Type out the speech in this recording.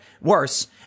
worse